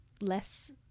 less